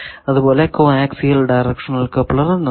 അതുപോലെ coaxial directional coupler എന്നതും